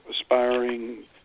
aspiring